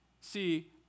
see